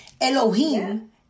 Elohim